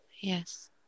Yes